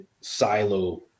silo